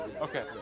Okay